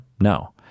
No